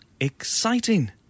exciting